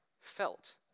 felt